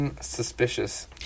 suspicious